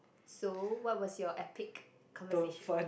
so what was your epic conversation